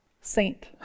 saint